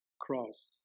cross